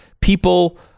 people